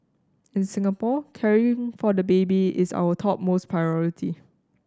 in Singapore caring for the baby is our topmost priority